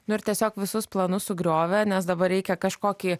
nu ir tiesiog visus planus sugriovė nes dabar reikia kažkokį